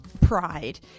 pride